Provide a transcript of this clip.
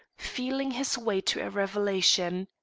feeling his way to a revelation.